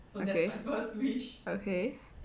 okay okay